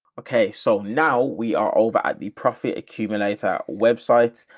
okay. so now we are over at the profit accumulator websites.